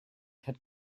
had